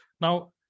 Now